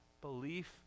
belief